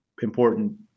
important